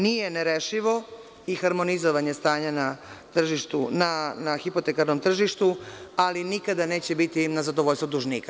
Nije nerešivo i harmonizovanje stanja na hipotekarnom tržištu, ali nikada neće biti na zadovoljstvo dužnika.